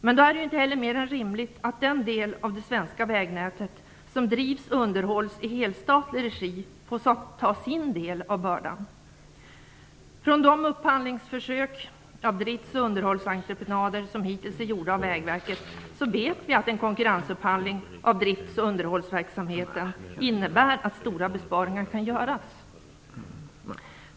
Men då är det ju inte heller mer än rimligt att den del av det svenska vägnätet som drivs och underhålls i helstatlig regi får bära sin del av bördan. Av de upphandlingsförsök med drifts och underhållsentreprenader som Vägverket hittills har gjort vet vi att en konkurrensupphandling av drifts och underhållsverksamheten innebär att stora besparingar kan göras.